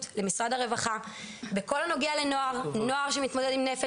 למשרד הרווחה בכל הנוגע לנוער שמתמודד עם נפש,